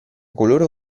coloro